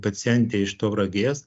pacientei iš tauragės